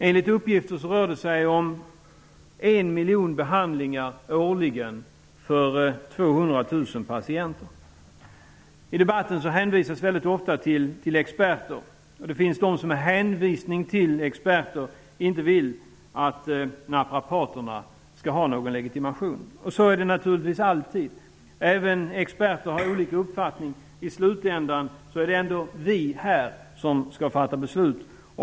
Enligt uppgifter rör det sig om 1 miljon behandlingar årligen för 200 000 patienter. I debatten hänvisas ofta till experter. Det finns de som med hänvisning till experter inte vill att naprapaterna skall ha någon legitimation. Så är det naturligtvis alltid. Men även experter har olika uppfattning. I slutändan är det ändå vi som skall fatta beslut.